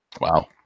Wow